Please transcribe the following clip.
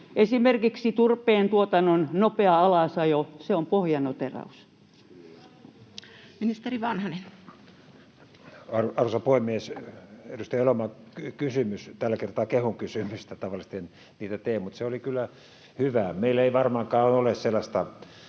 Esimerkiksi turpeentuotannon nopea alasajo on pohjanoteeraus. Ministeri Vanhanen. Arvoisa puhemies! Edustaja Elomaan kysymys — tällä kertaa kehun kysymystä, tavallisesti en sitä tee — oli kyllä hyvä. Meillä ei varmaankaan ole sellaista